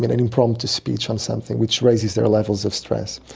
and an impromptu speech on something which raises their levels of stress.